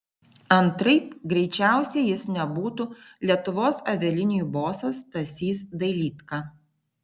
antraip greičiausiai jis nebūtų lietuvos avialinijų bosas stasys dailydka